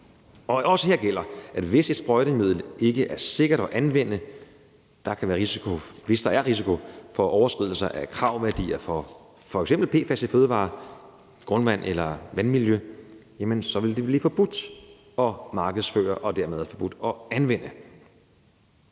Og også her gælder det, at hvis et sprøjtemiddel ikke er sikkert at anvende – hvis der er risiko for overskridelser af kravværdier for f.eks. PFAS i fødevarer, grundvand eller vandmiljø – så vil det blive forbudt at markedsføre og dermed forbudt at anvende.